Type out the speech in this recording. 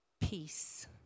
Peace